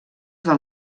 del